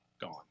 gone